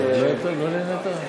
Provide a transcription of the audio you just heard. לא נהנית?